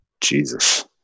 Jesus